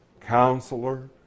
Counselor